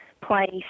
place